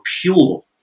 pure